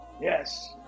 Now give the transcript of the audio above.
Yes